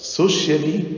socially